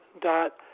Dot